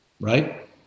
right